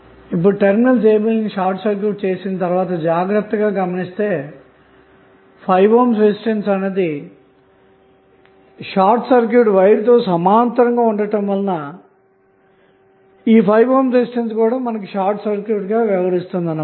ఇప్పుడు terminals ab లను short circuit చేసిన తరువాత జాగ్రత్తగా గమనిస్తే 5ohm రెసిస్టెన్స్ అన్నది షార్ట్ సర్క్యూట్ వైర్తో సమాంతరంగాఉండటం వలన ఈ 5 ohm రెసిస్టెన్స్ కూడా షార్ట్ సర్క్యూట్ గా వ్యవహరిస్తుందన్నమాట